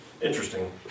Interesting